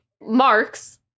marks